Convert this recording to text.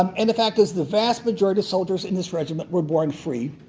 um and the fact is the vast majority of soldiers in this regiment were born free,